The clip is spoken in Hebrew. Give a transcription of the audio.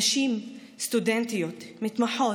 נשים, סטודנטיות, מתמחות,